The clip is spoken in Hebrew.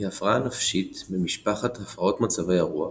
היא הפרעה נפשית ממשפחת הפרעות מצבי הרוח,